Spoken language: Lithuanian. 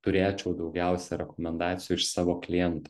turėčiau daugiausia rekomendacijų iš savo klientų